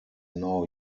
now